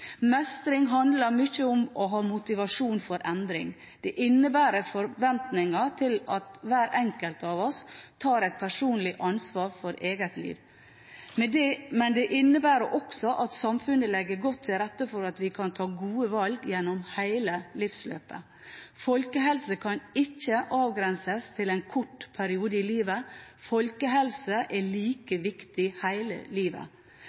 Mestring handler mye om å ha motivasjon for endring. Det innebærer forventninger til at hver enkelt av oss tar et personlig ansvar for eget liv. Men det innebærer også at samfunnet legger godt til rette for at vi kan ta gode valg gjennom hele livsløpet. Folkehelse kan ikke avgrenses til en kort periode i livet. Folkehelse er like viktig hele livet.